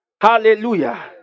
Hallelujah